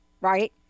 Right